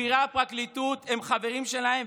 בכירי הפרקליטות הם חברים שלהם,